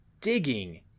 digging